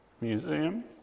Museum